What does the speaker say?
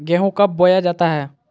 गेंहू कब बोया जाता हैं?